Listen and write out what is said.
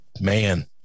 man